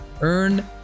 Earn